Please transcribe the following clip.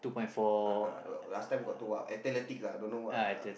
uh last time got two ah athletics ah don't know what ah